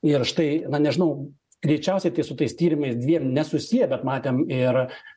ir štai na nežinau greičiausiai tai su tais tyrimais dviem nesusiję bet matėm ir